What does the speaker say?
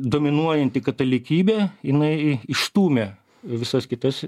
dominuojanti katalikybė jinai išstūmė visas kitas